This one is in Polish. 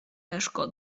myszko